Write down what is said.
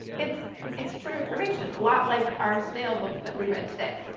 it's it's true information, a lot like our snail book that we read today.